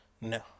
No